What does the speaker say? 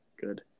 good